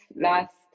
last